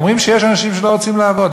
אומרים שיש אנשים שלא רוצים לעבוד.